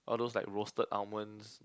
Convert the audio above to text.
all those like roasted almonds